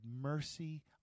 mercy